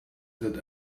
that